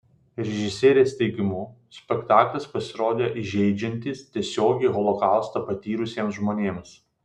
režisierės teigimu spektaklis pasirodė įžeidžiantis tiesiogiai holokaustą patyrusiems žmonėms